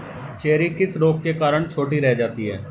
Cherry किस रोग के कारण छोटी रह जाती है?